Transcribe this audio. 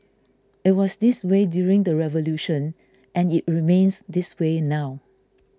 it was this way during the revolution and it remains this way now